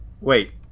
Wait